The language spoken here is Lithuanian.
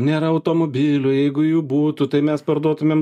nėra automobilių jeigu jų būtų tai mes parduotumėm